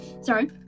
sorry